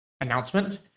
announcement